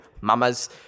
mamas